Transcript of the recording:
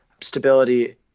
stability